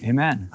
Amen